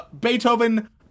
Beethoven